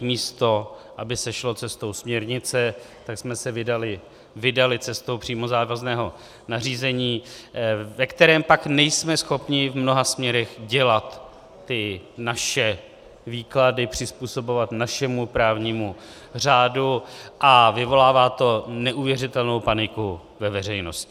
Místo aby se šlo cestou směrnice, tak jsme se vydali cestou přímo závazného nařízení, ve kterém pak nejsme schopni v mnoha směrech dělat ty naše výklady, přizpůsobovat našemu právnímu řádu, a vyvolává to neuvěřitelnou paniku ve veřejnosti.